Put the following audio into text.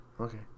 Okay